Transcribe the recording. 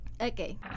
okay